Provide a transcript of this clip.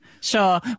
Sure